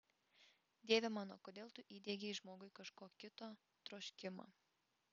dieve mano kodėl tu įdiegei žmogui kažko kito troškimą